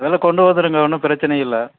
அதெல்லாம் கொண்டு வந்துடுவங்க ஒன்றும் பிரச்சினை இல்லை